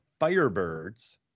Firebirds